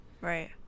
Right